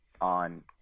on